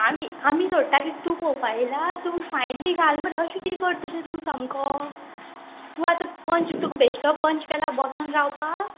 आमी आमी सोडटा की तूं पळोवपा येयला तूं फायन बी घाल म्हटल्यार अशें किदें करतलें तूं सामको तूं आतां पंच तुका बेश्टो पंच केला बसोन रावपाक